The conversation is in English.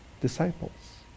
disciples